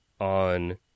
on